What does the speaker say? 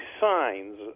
signs